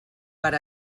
per